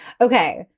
Okay